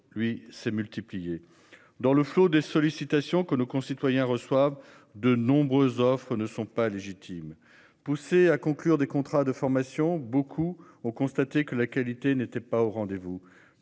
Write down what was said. lui s'est multiplié dans le flot des sollicitations que nos concitoyens reçoivent de nombreuses offres ne sont pas légitimes poussé à conclure des contrats de formation, beaucoup ont constaté que la qualité n'était pas au rendez-vous.